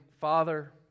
father